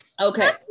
okay